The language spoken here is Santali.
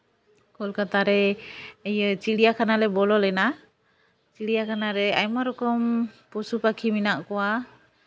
ᱠᱳᱞᱠᱟᱛᱟ ᱨᱮ ᱪᱤᱲᱭᱟᱠᱷᱟᱱᱟ ᱞᱮ ᱵᱚᱞᱚ ᱞᱮᱱᱟ ᱪᱤᱲᱭᱟᱠᱷᱟᱱᱟ ᱨᱮ ᱟᱭᱢᱟ ᱨᱚᱠᱚᱢ ᱯᱚᱥᱩ ᱯᱟᱠᱷᱤ ᱢᱮᱱᱟᱜ ᱠᱚᱣᱟ